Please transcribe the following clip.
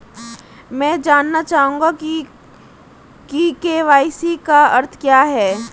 मैं जानना चाहूंगा कि के.वाई.सी का अर्थ क्या है?